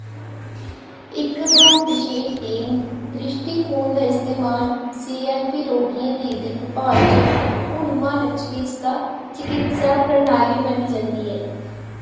इक बहु विशेई टीम द्रिश्टीकोण दा इस्तेमाल सी ऐल्ल पी रोगियें दी दिक्ख भाल च हून मानक चकित्सा प्रणाली मन्नी जंदी ऐ